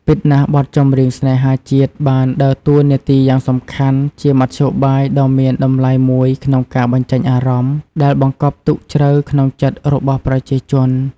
ពិតណាស់បទចម្រៀងស្នេហាជាតិបានដើរតួនាទីយ៉ាងសំខាន់ ជាមធ្យោបាយដ៏មានតម្លៃមួយក្នុងការ បញ្ចេញអារម្មណ៍ ដែលបង្កប់ទុកជ្រៅក្នុងចិត្តរបស់ប្រជាជន។